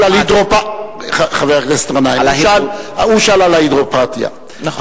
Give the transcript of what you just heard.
הוא שאל על ההידרותרפיה, נכון.